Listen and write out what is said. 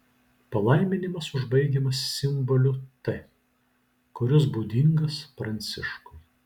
palaiminimas užbaigiamas simboliu t kuris būdingas pranciškui